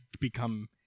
become